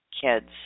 kids